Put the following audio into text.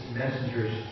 messengers